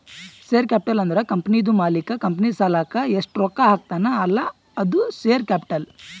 share capital ಅಂದುರ್ ಕಂಪನಿದು ಮಾಲೀಕ್ ಕಂಪನಿ ಸಲಾಕ್ ಎಸ್ಟ್ ರೊಕ್ಕಾ ಹಾಕ್ತಾನ್ ಅಲ್ಲಾ ಅದು ಶೇರ್ ಕ್ಯಾಪಿಟಲ್